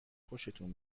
خوشتون